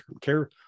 care